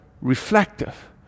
reflective